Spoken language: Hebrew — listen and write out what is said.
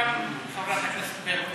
וגם חברת הכנסת ברקו.